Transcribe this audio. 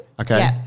okay